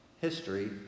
history